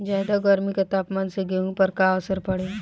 ज्यादा गर्मी के तापमान से गेहूँ पर का असर पड़ी?